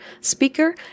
speaker